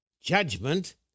judgment